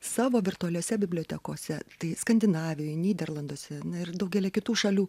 savo virtualiose bibliotekose tai skandinavijoj nyderlanduose ir daugelyje kitų šalių